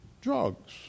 drugs